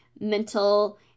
mental